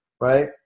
right